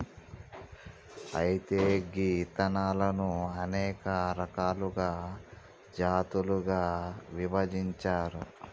అయితే గీ ఇత్తనాలను అనేక రకాలుగా జాతులుగా విభజించారు